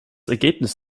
ergebnis